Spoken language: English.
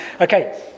Okay